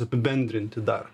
apibendrinti dar